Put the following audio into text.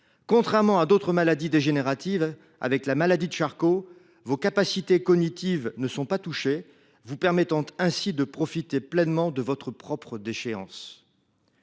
contrairement à d’autres maladies dégénératives, avec la maladie de Charcot, vos capacités cognitives ne sont pas touchées, vous permettant ainsi de profiter pleinement de votre propre déchéance